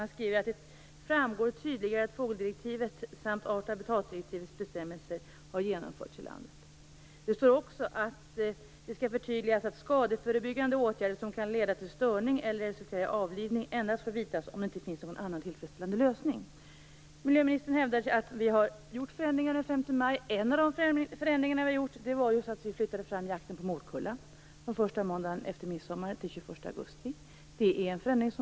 Man skriver att det framgår tydligare att fågeldirektivets samt art och habitatdirektivets bestämmelser har genomförts i landet. Det står också att det skall förtydligas att skadeförebyggande åtgärder som kan leda till störning eller resultera i avlivning endast får vidtas om det inte finns någon annan tillfredsställande lösning. Miljöministern hävdar att vi har gjort förändringar den 5 maj. En av de förändringar vi har gjort är att vi flyttade fram jakten på morkulla från den första måndagen efter midsommar till den 21 augusti.